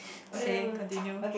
okay continue